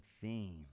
theme